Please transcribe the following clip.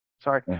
Sorry